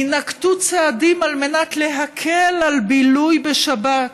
יינקטו צעדים להקל על בילוי בשבת,